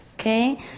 Okay